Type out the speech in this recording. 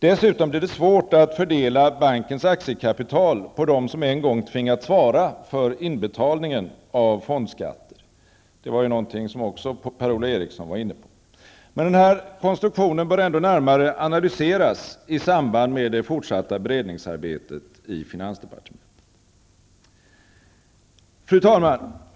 Dessutom blir det svårt att fördela bankens aktiekapital på dem som en gång tvingats svara för inbetalningen av fondskatter. Det var en fråga som Per-Ola Eriksson också tog upp. Men konstruktionen bör närmare analyseras i samband med det fortsatta beredningsarbetet i finansdepartementet. Fru talman!